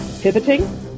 pivoting